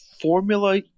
Formula